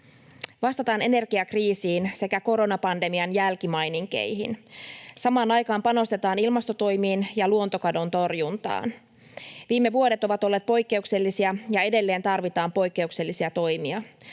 vastataan energiakriisiin sekä koronapandemian jälkimaininkeihin. Samaan aikaan panostetaan ilmastotoimiin ja luontokadon torjuntaan. Viime vuodet ovat olleet poikkeuksellisia, ja edelleen tarvitaan poikkeuksellisia toimia.